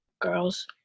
girls